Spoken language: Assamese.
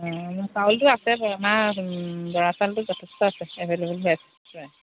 অঁ মোৰ চাউলটো আছে আমাৰ বৰা চাউলটো যথেষ্ট আছে এভেইলেবল হৈ আছে